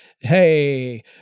Hey